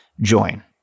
join